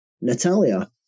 Natalia